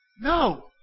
No